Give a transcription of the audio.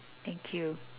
thank you